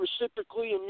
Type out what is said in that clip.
reciprocally